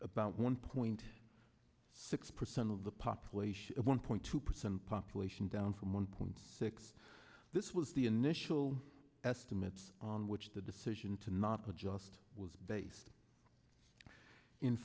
about one point six percent of the population one point two percent population down from one point six this was the initial estimates on which the decision to not adjust was based in